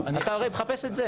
אתה הרי מחפש את זה.